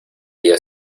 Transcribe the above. día